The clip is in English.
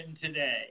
today